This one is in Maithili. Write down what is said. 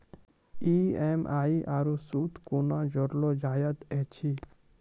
ई.एम.आई आरू सूद कूना जोड़लऽ जायत ऐछि?